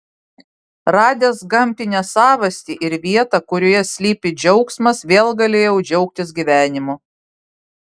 radęs gamtinę savastį ir vietą kurioje slypi džiaugsmas vėl galėjau džiaugtis gyvenimu